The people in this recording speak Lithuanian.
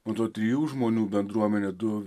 man atrodo trijų žmonių bendruomenę du